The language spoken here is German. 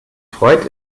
freud